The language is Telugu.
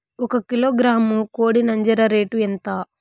ఒక కిలోగ్రాము కోడి నంజర రేటు ఎంత?